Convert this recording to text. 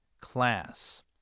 class